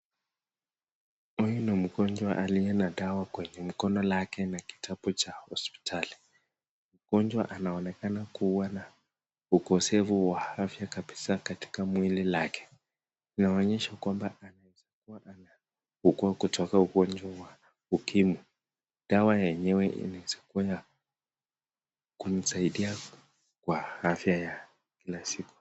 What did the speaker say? Huyu ni mgonjwa aliye na dawa kwenye mkono lake na kitabu cha hospitali, mgonjwa anaonekana kuwa na ukosefu wa afya kabisaa katika mwili lake, tunaonyeshwa kwamba anaugua kutoka ugonjwa wa ukimwi. Dawa yenyewe inaweza kua kumsaidia kwa afya ya kila siku.